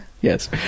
Yes